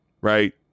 right